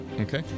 Okay